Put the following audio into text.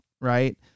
right